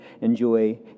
enjoy